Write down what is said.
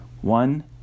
one